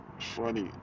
Funny